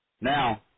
Now